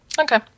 Okay